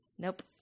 Nope